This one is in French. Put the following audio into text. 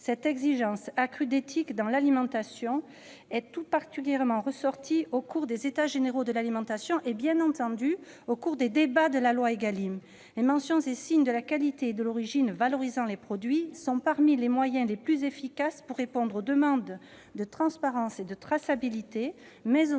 Cette exigence accrue d'éthique dans l'alimentation est tout particulièrement ressortie au cours des États généraux de l'alimentation et, bien entendu, des débats de la loi Égalim. Les mentions et signes de la qualité et de l'origine valorisant les produits sont parmi les moyens les plus efficaces pour répondre à la fois aux demandes de transparence et de traçabilité et à la